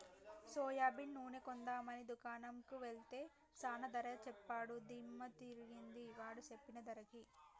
soybean నూనె కొందాం అని దుకాణం కెల్తే చానా ధర సెప్పాడు దిమ్మ దిరిగింది వాడు సెప్పిన ధరకి